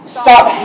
stop